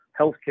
healthcare